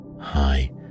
Hi